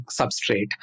substrate